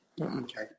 Okay